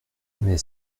mais